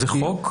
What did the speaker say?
זה חוק?